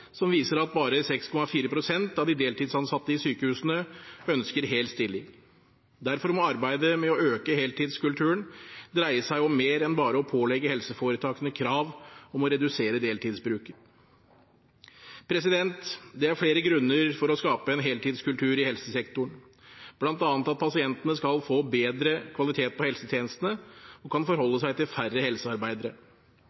som viser at bare 6,4 pst. av de deltidsansatte i sykehusene ønsker hel stilling. Derfor må arbeidet med å øke heltidskulturen dreie seg om mer enn bare å pålegge helseforetakene krav om å redusere deltidsbruken. Det er flere grunner for å skape en heltidskultur i helsesektoren, bl.a. at pasientene skal få bedre kvalitet på helsetjenestene og kan forholde